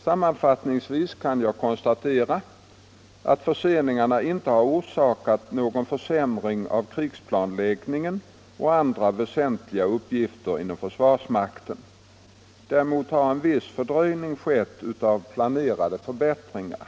Sammanfattningsvis kan jag konstatera att förseningarna inte har orsakat någon försämring av krigsplanläggning och andra väsentliga uppgifter inom försvarsmakten. Däremot har en viss fördröjning skett av planerade förbättringar.